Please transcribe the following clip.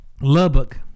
Lubbock